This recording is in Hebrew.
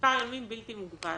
למספר ימים בלתי מוגבל.